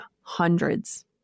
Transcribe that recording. hundreds